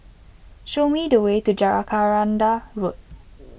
show me the way to Road